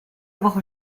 woche